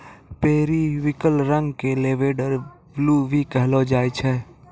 periwinkle रंग क lavender blue भी कहलो जाय छै